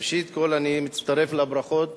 ראשית כול אני מצטרף לברכות